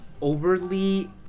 overly